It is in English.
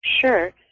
Sure